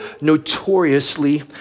notoriously